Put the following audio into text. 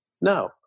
No